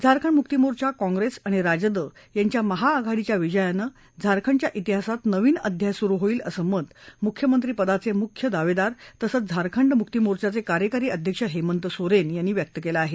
Jharkhand Mukti Morcha Congress आणि राजद यांच्या महाआघाडीच्या विजयानं झारखंडच्या तिहासात नवीन अध्याय सुरु होईल असं मत मुख्यमंत्रीपदाचे मुख्य दावेदार तसंच झारखंड मुक्ती मोर्चाचे कार्यकारी अध्यक्ष हेमंत सोरेन यांनी व्यक्त केलं आहे